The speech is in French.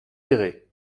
verrez